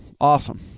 Awesome